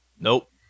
Nope